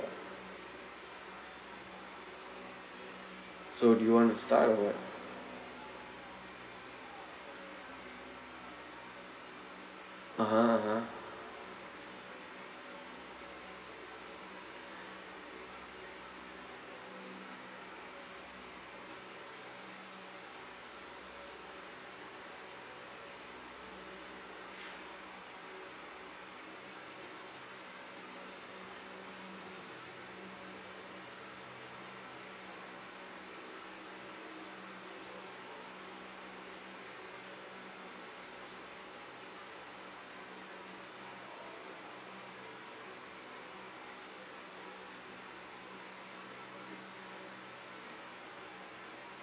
so do you want to start or what (uh huh) (uh huh)